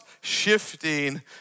shifting